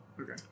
Okay